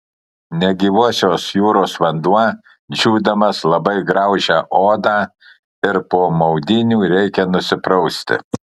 negyvosios jūros vanduo džiūdamas labai graužia odą ir po maudynių reikia nusiprausti